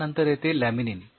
यानंतर येते लॅमिनीन